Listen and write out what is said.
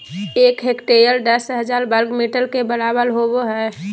एक हेक्टेयर दस हजार वर्ग मीटर के बराबर होबो हइ